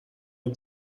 این